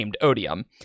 Odium